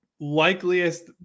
likeliest